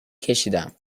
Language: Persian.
کشیدم